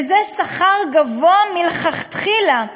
וזה שכר גבוה מלכתחילה.